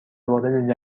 وارد